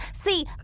See